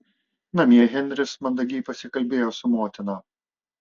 namie henris mandagiai pasikalbėjo su motina